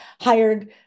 hired